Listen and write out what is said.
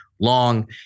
long